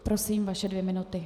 Prosím vaše dvě minuty.